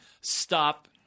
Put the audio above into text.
stop